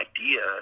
idea